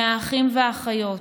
מהאחים והאחיות,